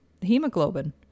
hemoglobin